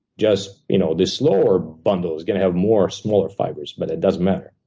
just you know the slower bundle is gonna have more smaller fibers, but it doesn't matter.